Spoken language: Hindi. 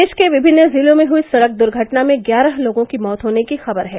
प्रदेश के विभिन्न जिलों में हुयी सड़क दुर्घटना में ग्यारह लोगों की मौत होने की खबर है